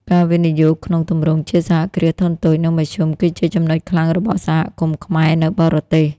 ការវិនិយោគក្នុងទម្រង់ជាសហគ្រាសធុនតូច និងមធ្យម គឺជាចំណុចខ្លាំងរបស់សហគមន៍ខ្មែរនៅបរទេស។